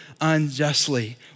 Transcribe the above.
unjustly